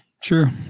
Sure